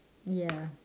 ya